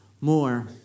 more